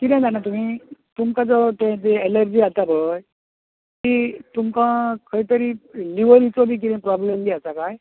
कितें जाणा तुमी तुमका जर तर एलर्जी जाता पय ती तुमका खंय तरी लिवराचो बी प्रोब्लम आसा कांय